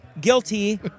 guilty